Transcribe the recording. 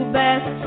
best